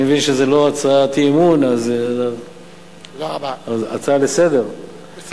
אני מבין שזו לא הצעת אי-אמון, זו הצעה לסדר-היום.